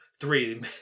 three